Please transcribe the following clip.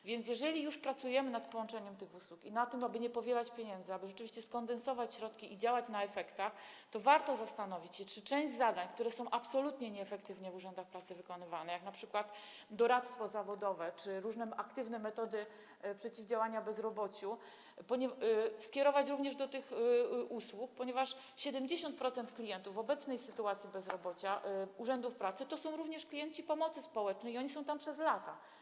A więc jeżeli już pracujemy nad połączeniem tych usług i nad tym, aby nie powielać pieniędzy, aby rzeczywiście skondensować środki i działać na efektach, to warto zastanowić się, czy część zadań, które są absolutnie nieefektywnie wykonywane w urzędach pracy, jak na przykład doradztwo zawodowe czy różne aktywne metody przeciwdziałania bezrobociu, odnieść również do tych usług, ponieważ 70% klientów urzędów pracy w obecnej sytuacji w zakresie bezrobocia to są również klienci pomocy społecznej i oni są tam przez lata.